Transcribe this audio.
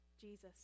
Jesus